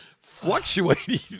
fluctuating